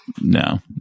no